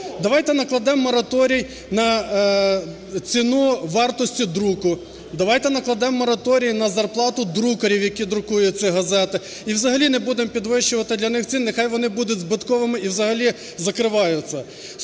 Давайте накладемо мораторій на ціну вартості друку, давайте накладемо мораторій на зарплату друкарів, які друкують ці газети, і взагалі не будемо підвищувати для них цін, хай вони будуть збитковими, і взагалі закриваються.